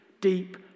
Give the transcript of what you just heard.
deep